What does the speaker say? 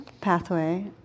pathway